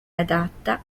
adatta